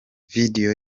video